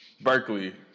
Berkeley